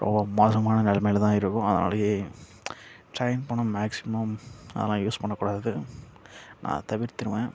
ரொம்ப மோசமான நிலைமைல தான் இருக்கும் அதனாலேயே ட்ரெயின் போனல் மேக்ஸிமம் அதலாம் யூஸ் பண்ணக்கூடாது நான் தவிர்த்துடுவேன்